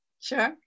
Sure